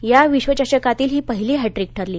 या विश्वचषकातील ही पहिली हॅट्टीक ठरली